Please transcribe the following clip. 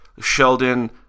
Sheldon